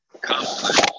complex